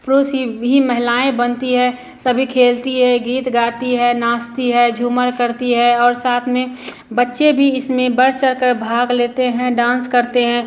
पुरुष ही भी महिलाएँ बनती हैं सभी खेलती हैं गीत गाती हैं नाचती हैं झूमर करती हैं और साथ में बच्चे भी इसमें बढ़ चढ़कर भाग लेते हैं डांस करते हैं